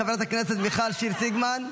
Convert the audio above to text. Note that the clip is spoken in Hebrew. חברת הכנסת מיכל שיר סגמן,